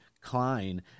Klein